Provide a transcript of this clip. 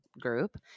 group